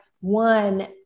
one